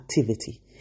activity